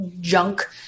junk